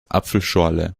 apfelschorle